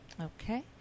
Okay